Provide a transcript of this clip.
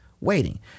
Waiting